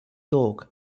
dog